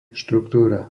štruktúra